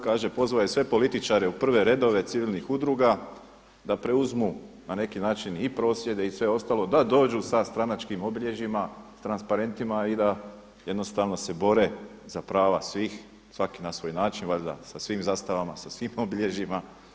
Kaže pozvao je sve političare u sve redove civilnih udruga da preuzmu na neki način i prosvjede i sve ostalo da dođu sa stranačkim obilježjima, sa transparentima i da jednostavno se bore za prava svih svaki na svoj način valjda sa svim zastavama, sa svim obilježjima.